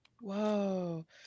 Whoa